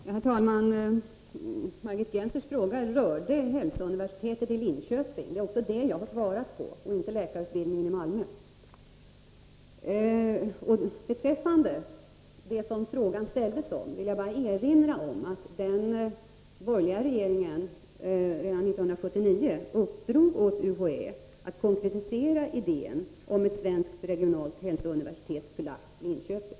Herr talman! Margit Gennsers fråga rörde hälsouniversitetet i Linköping. Det är också det jag har svarat på, inte läkarutbildningen i Malmö. Beträffande det som frågan handlade om vill jag erinra om att den borgerliga regeringen redan 1979 uppdrog åt UHÄ att konkretisera idén om ett svenskt regionalt hälsouniversitet, förlagt i Linköping.